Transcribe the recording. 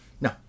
No